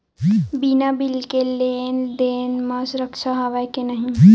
बिना बिल के लेन देन म सुरक्षा हवय के नहीं?